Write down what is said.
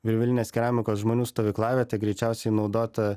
virvelinės keramikos žmonių stovyklaviete greičiausiai naudota